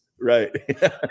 Right